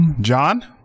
John